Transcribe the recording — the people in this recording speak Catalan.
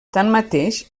tanmateix